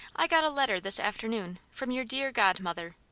i got a letter this afternoon from your dear godmother.